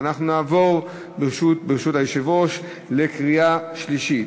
ואנחנו נעבור, ברשות היושב-ראש, לקריאה שלישית.